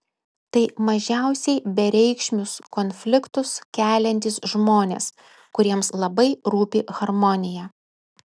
tai mažiausiai bereikšmius konfliktus keliantys žmonės kuriems labai rūpi harmonija